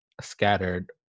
scattered